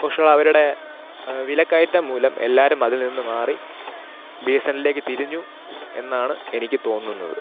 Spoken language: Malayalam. പക്ഷെ അവരുടെ വിലക്കയറ്റം മൂലം എല്ലാവരും അതിൽ നിന്ന് മാറി ബി എസ് എൻ എൽലേക്ക് തിരിഞ്ഞു എന്നാണ് എനിക്ക് തോന്നുന്നത്